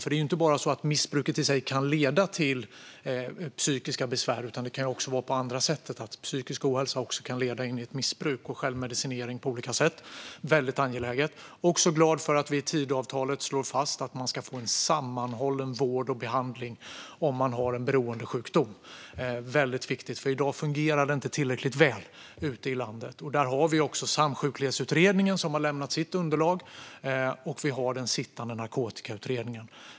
För det är inte bara så att missbruket i sig kan leda till psykiska besvär, utan det kan också vara på det andra sättet: att psykisk ohälsa kan leda till ett missbruk och till självmedicinering på olika sätt. Detta är väldigt angeläget. Jag är glad för att vi i Tidöavtalet slår fast att man ska få en sammanhållen vård och behandling om man har en beroendesjukdom. Det är väldigt viktigt, för i dag fungerar det inte tillräckligt väl ute i landet. Där har vi också Samsjuklighetsutredningen, som har lämnat sitt underlag, och vi har den sittande Narkotikautredningen.